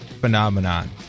Phenomenon